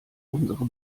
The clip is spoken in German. unsere